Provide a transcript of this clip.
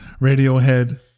Radiohead